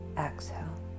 Exhale